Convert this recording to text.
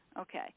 Okay